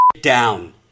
down